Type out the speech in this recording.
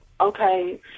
okay